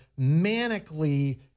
manically